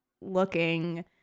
looking